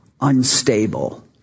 unstable